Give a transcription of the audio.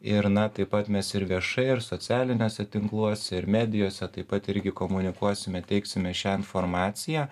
ir na taip pat mes ir viešai ir socialiniuose tinkluose ir medijose taip pat irgi komunikuosime teiksime šią informaciją